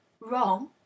wrong